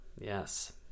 Yes